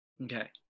Okay